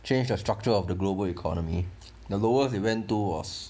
change the structure of the global economy the lowest we went to was